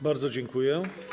Bardzo dziękuję.